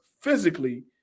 physically